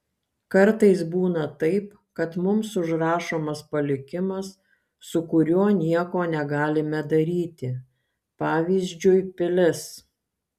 kartais būna taip kad mums užrašomas palikimas su kuriuo nieko negalime daryti pavyzdžiui pilis